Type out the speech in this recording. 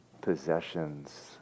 possessions